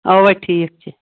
اَوا ٹھیٖک چھِ